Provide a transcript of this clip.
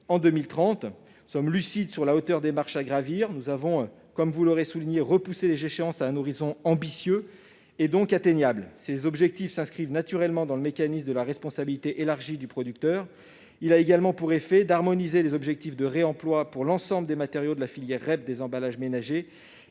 en 2030. Nous sommes lucides sur la hauteur des marches à gravir. Vous l'aurez noté, nous avons repoussé les échéances à un horizon ambitieux, donc atteignable. Ces objectifs s'inscrivent naturellement dans le mécanisme de la responsabilité élargie du producteur. Cela a également pour effet d'harmoniser les objectifs de réemploi pour l'ensemble des matériaux de la filière REP des emballages ménagers,